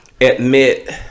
admit